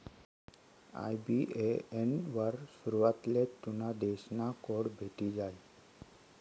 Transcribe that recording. IBAN वर सुरवातलेच तुना देश ना कोड भेटी जायी